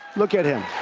look at him!